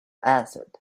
answered